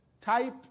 type